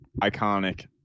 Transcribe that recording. iconic